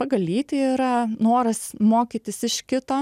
pagal lytį yra noras mokytis iš kito